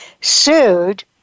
sued